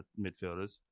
midfielders